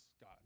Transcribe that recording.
God